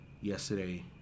yesterday